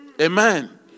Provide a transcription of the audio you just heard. Amen